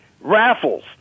raffles